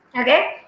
okay